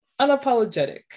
unapologetic